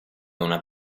una